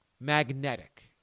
magnetic